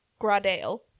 gradale